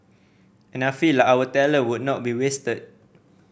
and I feel like our talent would not be wasted